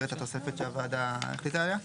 את התוספת שהוועדה החליטה עליה.